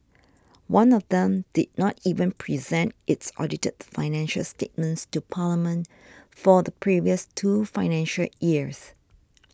one of them did not even present its audited financial statements to Parliament for the previous two financial years